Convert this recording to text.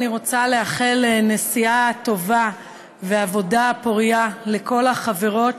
אני רוצה לאחל נסיעה טובה ועבודה פורייה לכל החברות